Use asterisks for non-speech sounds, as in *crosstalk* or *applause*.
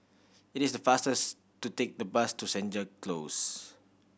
it is the faster *unintelligible* to take the bus to Senja Close